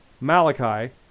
Malachi